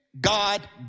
God